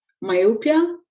myopia